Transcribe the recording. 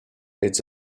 its